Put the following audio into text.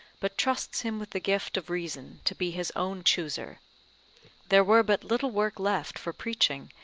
but trusts him with the gift of reason to be his own chooser there were but little work left for preaching,